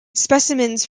specimens